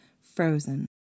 frozen